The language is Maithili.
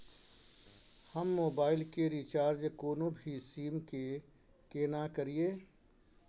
हम मोबाइल के रिचार्ज कोनो भी सीम के केना करिए?